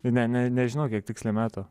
ne ne nežinau kiek tiksliai metų